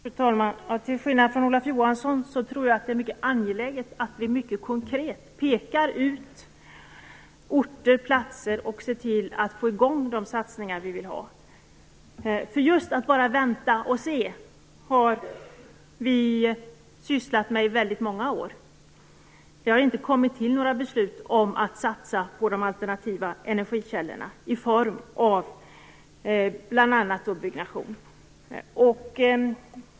Fru talman! Till skillnad från Olof Johansson tror jag att det är mycket angeläget att vi mycket konkret pekar ut orter och platser och ser till att få i gång de satsningar vi vill ha. Att bara vänta och se har vi sysslat med i väldigt många år. Det har inte kommit till några beslut om att satsa på de alternativa energikällorna i form av bl.a. byggnation.